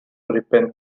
ripen